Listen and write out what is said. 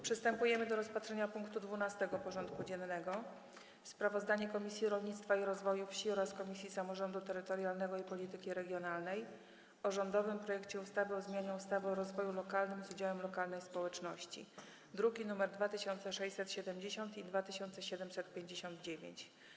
Przystępujemy do rozpatrzenia punktu 12. porządku dziennego: Sprawozdanie Komisji Rolnictwa i Rozwoju Wsi oraz Komisji Samorządu Terytorialnego i Polityki Regionalnej o rządowym projekcie ustawy o zmianie ustawy o rozwoju lokalnym z udziałem lokalnej społeczności (druki nr 2670 i 2759)